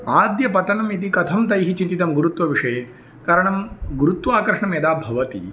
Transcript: आद्यपतनम् इति कथं तैः चिन्तितं गुरुत्वविषये कारणं गुरुत्वाकर्षणं यदा भवति